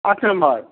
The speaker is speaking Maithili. आठ नम्मर